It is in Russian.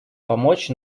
помочь